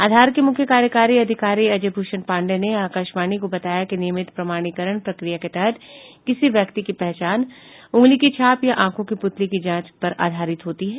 आधार के मुख्य कार्यकारी अधिकारी अजय भूषण पाण्डेय ने आकाशवाणी को बताया कि नियमित प्रमाणीकरण प्रक्रिया के तहत किसी व्यक्ति की पहचान उंगली की छाप या आंखों की पुतली की जांच पर आधारित होती है